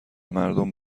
مردم